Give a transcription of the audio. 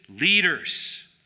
leaders